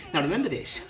now, remember this.